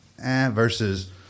versus